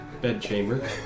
bedchamber